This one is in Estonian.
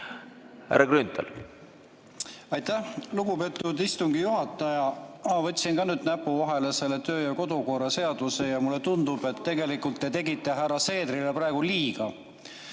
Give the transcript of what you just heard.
Härra Grünthal. Aitäh, lugupeetud istungi juhataja! Ma võtsin ka nüüd näpu vahele selle töö- ja kodukorra seaduse ja mulle tundub, et tegelikult te tegite härra Seederile praegu liiga.